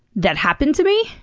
that happened to me,